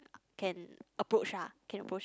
can approach ah can approach